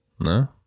No